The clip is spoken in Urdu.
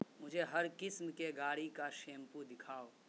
مجھے ہر قسم کے گاڑی کا شیمپو دکھاؤ